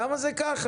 למה זה ככה?